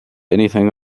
anything